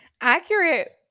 accurate